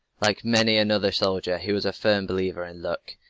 like many another soldier he was a firm believer in luck,